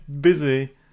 busy